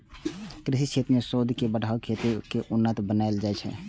कृषि क्षेत्र मे शोध के बढ़ा कें खेती कें उन्नत बनाएल जाइ छै